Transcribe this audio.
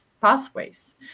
pathways